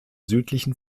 südlichen